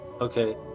okay